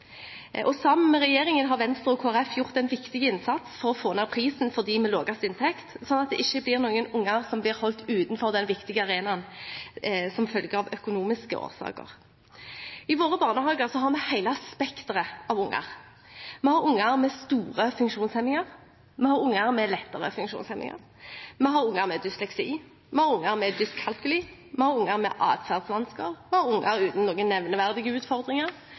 og sammen med regjeringen har Venstre og Kristelig Folkeparti gjort en viktig innsats for å få ned prisen for dem med lavest inntekt, slik at det ikke er noen unger som blir holdt utenfor den viktige arenaen av økonomiske årsaker. I våre barnehager har vi hele spekteret av unger. Vi har unger med store funksjonshemninger. Vi har unger med lettere funksjonshemninger. Vi har unger med dysleksi. Vi har unger med dyskalkuli. Vi har unger med atferdsvansker, og vi har unger uten noen nevneverdige utfordringer.